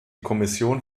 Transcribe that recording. kommission